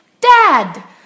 Dad